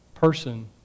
person